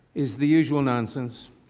is the usual nonsense